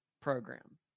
program